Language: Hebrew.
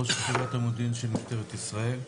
ראש יחידת המודיעין של משטרת ישראל.